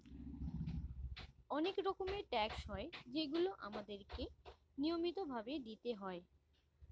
অনেক রকমের ট্যাক্স হয় যেগুলো আমাদের কে নিয়মিত ভাবে দিতেই হয়